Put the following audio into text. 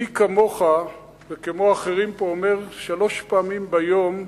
אני כמוך וכמו אחרים פה אומר שלוש פעמים ביום: